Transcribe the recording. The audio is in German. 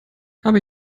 habe